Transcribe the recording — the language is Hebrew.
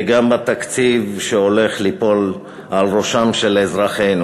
וגם בתקציב שהולך ליפול על ראשם של אזרחינו.